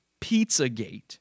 Pizzagate